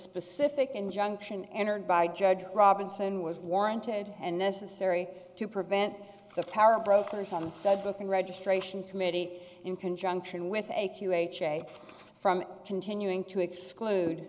specific injunction entered by judge robinson was warranted and necessary to prevent the powerbrokers on the stuff books and registration committee in conjunction with a q ha from continuing to exclude